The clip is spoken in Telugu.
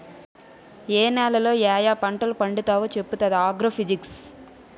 ఏ నేలలో యాయా పంటలు పండుతావో చెప్పుతాది ఆగ్రో ఫిజిక్స్